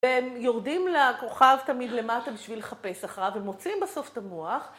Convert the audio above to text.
יורדים לכוכב תמיד למטה בשביל לחפש אחריו ומוצאים בסוף את המוח.